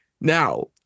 Now